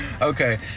Okay